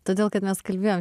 todėl kad mes kalbėjom